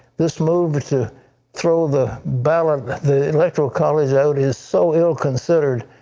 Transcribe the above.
this move to throw the but ah the electoral college out is so ill considered,